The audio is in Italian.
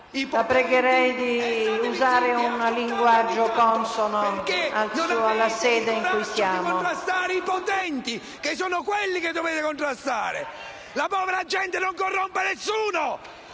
La pregherei di utilizzare un linguaggio consono alla sede in cui siamo.